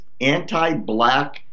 anti-black